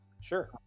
Sure